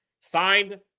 Signed